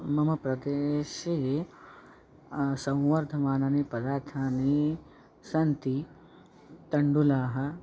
मम प्रदेशे संवर्धमानानि पदार्थाः सन्ति तण्डुलाः